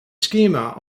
schema